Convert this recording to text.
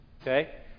Okay